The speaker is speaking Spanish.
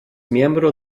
miembro